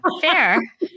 Fair